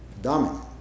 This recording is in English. dominant